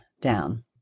down